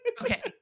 Okay